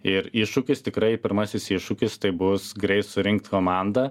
ir iššūkis tikrai pirmasis iššūkis tai bus greit surinkt komandą